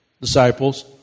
disciples